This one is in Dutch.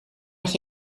het